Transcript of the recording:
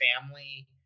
family